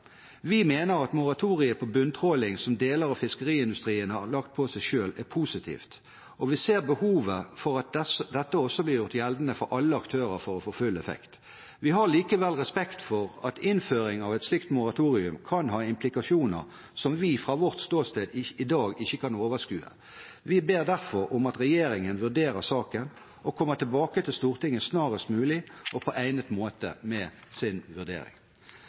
Vi mener at moratoriet mot bunntråling som deler av fiskeriindustrien har pålagt seg selv, er positivt, og vi ser behovet for at dette blir gjort gjeldende for alle aktører for å få full effekt. Vi har likevel respekt for at innføring av et slikt moratorium kan ha implikasjoner som vi fra vårt ståsted i dag ikke kan overskue. Vi ber derfor om at regjeringen vurderer saken og kommer tilbake til Stortinget snarest mulig og på egnet måte med sin vurdering.